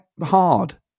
hard